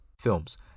films